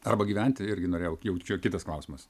arba gyventi irgi norėjau jau čia kitas klausimas